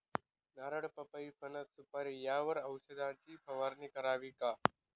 नारळ, पपई, फणस, सुपारी यावर औषधाची फवारणी करावी का?